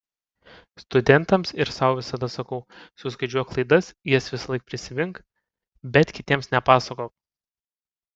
studentams ir sau visada sakau suskaičiuok klaidas jas visąlaik prisimink bet kitiems nepasakok